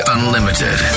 Unlimited